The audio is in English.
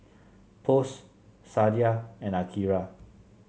Post Sadia and Akira